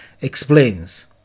explains